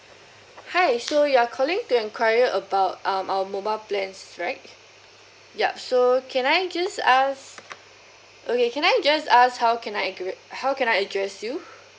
hi so you're calling to Enquire about um our mobile plan is right yup so can I just ask okay can I just ask how can I good how can I address you